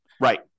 Right